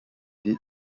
did